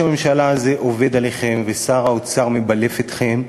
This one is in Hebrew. מבלף אתכם.